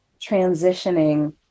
transitioning